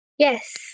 Yes